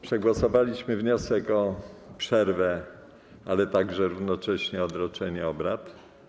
Przegłosowaliśmy wniosek o przerwę, ale także równocześnie o odroczenie obrad.